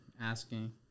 asking